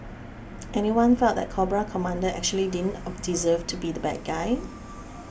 anyone felt that Cobra Commander actually didn't deserve to be the bad guy